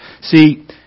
See